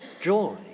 joy